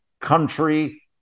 country